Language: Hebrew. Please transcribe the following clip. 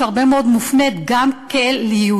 שהרבה מאוד מופנית גם ליהודים,